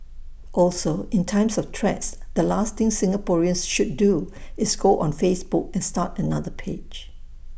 also in times of threats the last thing Singaporeans should do is go on Facebook and start another page